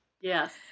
Yes